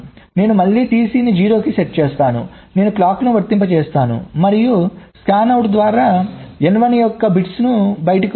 నేను మళ్ళీ TC ని 0 కి సెట్ చేసాను నేనుక్లాక్ లను వర్తింపజేస్తాను మరియు స్కానౌట్ ద్వారా N1 యొక్క బిట్స్ బయటకు వస్తాయి